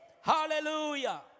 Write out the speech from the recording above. Hallelujah